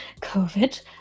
COVID